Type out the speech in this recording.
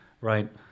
Right